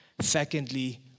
Secondly